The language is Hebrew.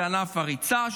ענף הריצה,